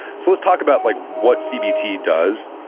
so let's talk about like what cbt does.